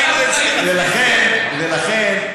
ולכן,